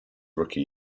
rookie